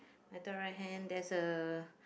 at top right hand there's a